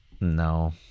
No